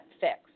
fixed